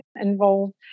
involved